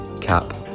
cap